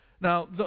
Now